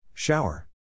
Shower